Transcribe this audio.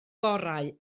gorau